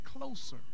closer